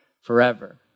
forever